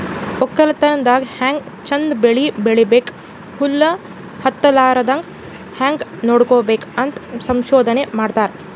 ವಕ್ಕಲತನ್ ದಾಗ್ ಹ್ಯಾಂಗ್ ಚಂದ್ ಬೆಳಿ ಬೆಳಿಬೇಕ್, ಹುಳ ಹತ್ತಲಾರದಂಗ್ ಹ್ಯಾಂಗ್ ನೋಡ್ಕೋಬೇಕ್ ಅಂತ್ ಸಂಶೋಧನೆ ಮಾಡ್ತಾರ್